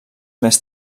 més